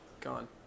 gone